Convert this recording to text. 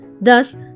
Thus